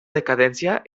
decadència